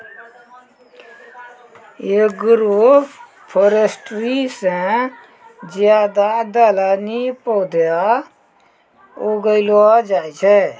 agroforestry से ज्यादा दलहनी पौधे उगैलो जाय छै